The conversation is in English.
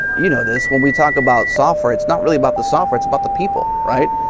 you know this, when we talk about software it's not really about the software it's about the people, right?